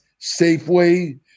Safeway